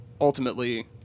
ultimately